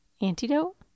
Antidote